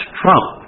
trump